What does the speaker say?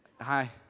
hi